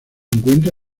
encuentra